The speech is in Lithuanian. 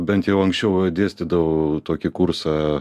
bent jau anksčiau dėstydavau tokį kursą